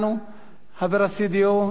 חבר ה-CDU, ידיד ישראל.